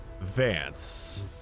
Vance